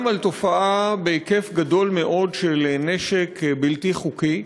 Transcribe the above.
וגם על תופעה בהיקף גדול מאוד של נשק בלתי חוקי,